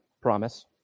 promise